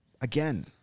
again